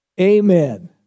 Amen